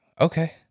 Okay